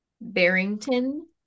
Barrington